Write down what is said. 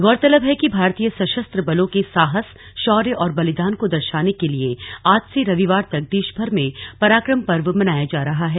गौरतलब है कि भारतीय सशस्त्र बलों के साहस शौर्य और बलिदान को दर्शाने के लिए आज से रविवार तक देश भर में पराक्रम पर्व मनाया जा रहा है